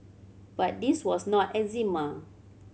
but this was not eczema